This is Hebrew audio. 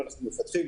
אנחנו מפתחים